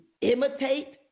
imitate